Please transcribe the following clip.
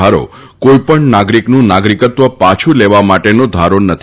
ધારો કોઇપણ નાગરિકનું નાગરિકત્વ પાછુ લેવા માટેનો ધારો નથી